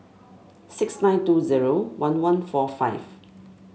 six nine two zero one one four five